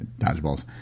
Dodgeballs